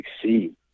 succeed